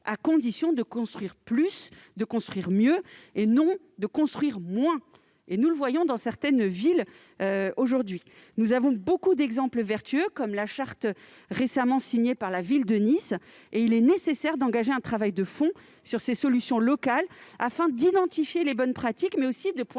à condition de construire plus, de construire mieux, et non de construire moins. Nous voyons beaucoup d'exemples vertueux dans certaines villes, comme la charte récemment signée par la ville de Nice. Il est nécessaire d'engager un travail de fond sur ces solutions locales, afin d'identifier les bonnes pratiques, mais aussi de pointer